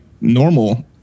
normal